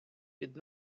під